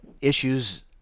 issues